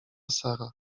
sara